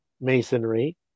masonry